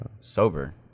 Sober